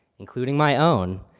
including my own,